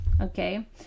Okay